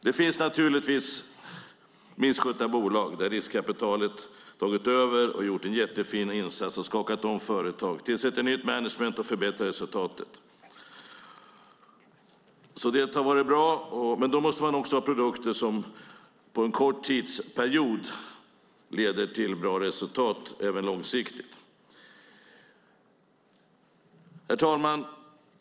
Det finns naturligtvis misskötta bolag där riskkapitalet tagit över, gjort en jättefin insats, skakat om företaget, tillsatt nytt management och förbättrat resultatet. Det har varit bra, men då måste man också ha produkter som under en kort tidsperiod leder till bra resultat även långsiktigt. Herr talman!